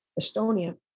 Estonia